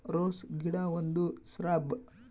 rose ಗಿಡ ಒಂದು shrub